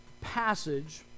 passage